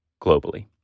globally